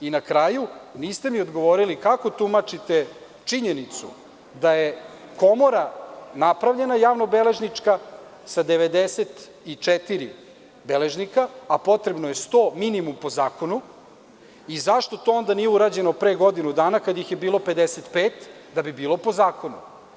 I na kraju, niste mi odgovorili kako tumačite činjenicu da je Komora napravljena javno-beležnička, sa 94 beležnika, a potrebno je 100 po zakonu i zašto to onda nije urađeno pre godinu dana kada ih je bilo 55, da bi bilo po zakonu.